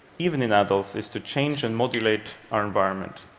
even in adults, is to change and modulate our environment.